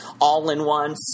all-in-one